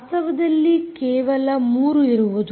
ವಾಸ್ತವದಲ್ಲಿ ಕೇವಲ 3 ಇರುವುದು